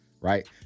right